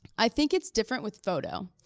i think it's different with photo.